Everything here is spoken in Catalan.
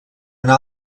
una